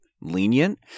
lenient